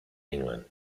england